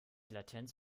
latenz